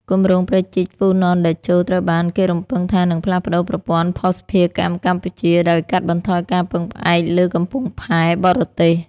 គម្រោងព្រែកជីកហ្វូណនតេជោ ត្រូវបានគេរំពឹងថានឹងផ្លាស់ប្តូរប្រព័ន្ធភស្តុភារកម្មកម្ពុជា ដោយកាត់បន្ថយការពឹងផ្អែកលើកំពង់ផែបរទេស។